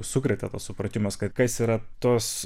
sukrėtė tas supratimas kad kas yra tos